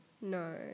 No